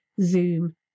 zoom